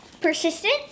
persistent